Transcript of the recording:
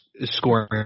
scoring